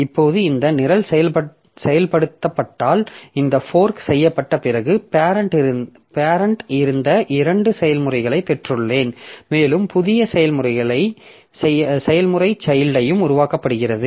இப்போது இந்த நிரல் செயல்படுத்தப்பட்டால் இந்த ஃபோர்க் செய்யப்பட்ட பிறகு பேரெண்ட் இருந்த இரண்டு செயல்முறைகளைப் பெற்றுள்ளேன் மேலும் புதிய செயல்முறை சைல்ட்யும் உருவாக்கப்படுகிறது